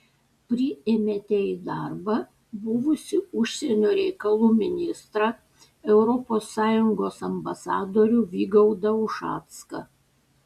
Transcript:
priėmėte į darbą buvusį užsienio reikalų ministrą europos sąjungos ambasadorių vygaudą ušacką